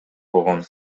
болгон